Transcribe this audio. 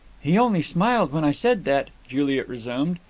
he only smiled when i said that, juliet resumed,